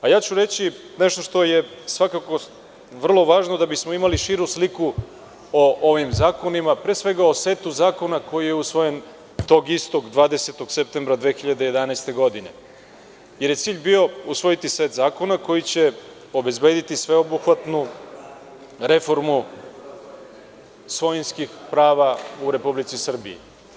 Reći ću nešto što je svakako vrlo važno da bismo imali širu sliku o ovim zakonima, pre svega o setu zakona koji je usvojen tog istog 20. septembra 2011. godine, jer je cilj bio usvojiti set zakona koji će obezbediti sveobuhvatnu reformu svojinskih prava u Republici Srbiji.